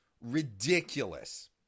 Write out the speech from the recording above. ridiculous